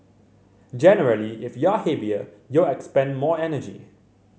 generally if you're heavier you'll expend more energy